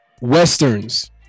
Westerns